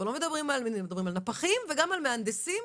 מדברים על נפחים וגם על מהנדסים.